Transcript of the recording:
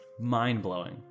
mind-blowing